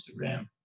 Instagram